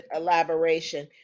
elaboration